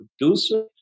producer